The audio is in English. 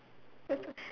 but uncle has two kids